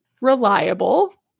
Reliable